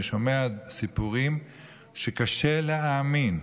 אני שומע סיפורים שקשה להאמין,